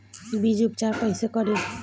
बीज उपचार कईसे करी?